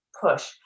push